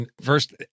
first